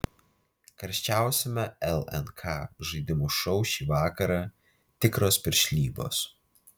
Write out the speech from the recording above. karščiausiame lnk žaidimų šou šį vakarą tikros piršlybos